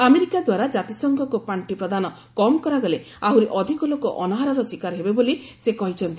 America ଦ୍ୱାରା ଜାତିସଂଘକୁ ପାର୍ଷି ପ୍ରଦାନ କମ୍ କରାଗଲେ ଆହୁରି ଅଧିକ ଲୋକ ଅନାହାରର ଶିକାର ହେବେ ବୋଲି ସେ କହିଛନ୍ତି